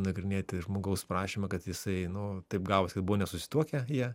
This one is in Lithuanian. nagrinėti žmogaus prašymą kad jisai nu taip gavos kad buvo nesusituokę jie